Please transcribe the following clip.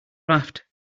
raft